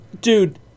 Dude